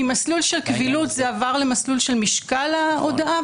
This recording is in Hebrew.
ממסלול של קבילות זה עבר למסלול של משקל ההודאה,